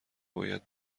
باید